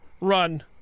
Run